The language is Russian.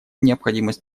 необходимость